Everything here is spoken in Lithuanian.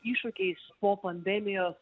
iššūkiais po pandemijos